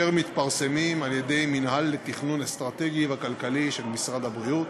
אשר מתפרסמים על-ידי המינהל לתכנון אסטרטגי וכלכלי של משרד הבריאות.